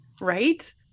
Right